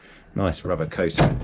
nice rubber coating,